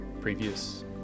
previous